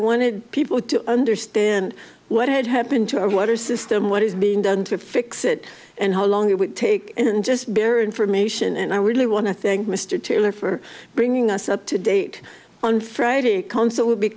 wanted people to understand what had happened to our water system what is being done to fix it and how long it would take and just bare information and i really want to thank mr taylor for bringing us up to date on friday co